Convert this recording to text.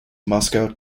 moscow